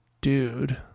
dude